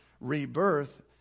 rebirth